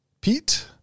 Pete